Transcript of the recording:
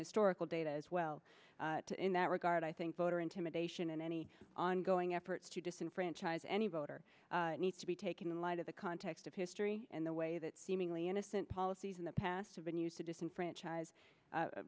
historical data as well in that regard i think voter intimidation and any ongoing efforts to disenfranchise any voter need to be taken in light of the context of history in the way that seemingly innocent policies in the past have been used to disenfranchise